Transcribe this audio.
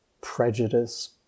prejudice